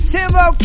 Timbo